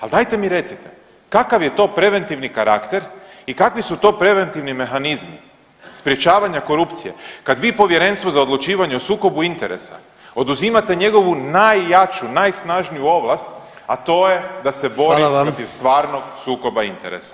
Ali, dajte mi recite, kakav je to preventivni karakter i kakve su to preventivni mehanizmi sprječavanja korupcije kad vi Povjerenstvu za odlučivanje o sukobu interesa oduzimate njegovu najjaču, najsnažniju ovlast, a to je da se bori [[Upadica: Hvala vam.]] protiv stvarnog sukoba interesa.